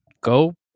Go